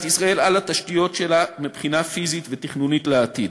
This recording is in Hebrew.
ישראל על התשתיות שלה מבחינה פיזית ותכנונית לעתיד.